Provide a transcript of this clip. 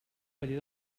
paller